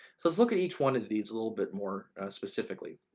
so let's look at each one of these a little bit more specifically.